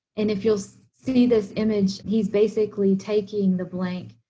and if you'll see this image, he's basically taking the blank,